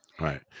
Right